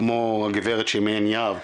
כמו הגברת שמעין יהב,